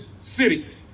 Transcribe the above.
city